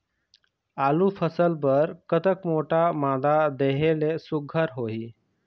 आलू फसल बर कतक मोटा मादा देहे ले सुघ्घर होही?